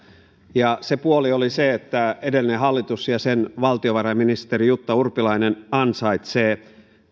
ja se puoli oli se että edellinen hallitus ja sen valtiovarainministeri jutta urpilainen ansaitsee